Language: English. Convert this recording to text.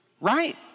Right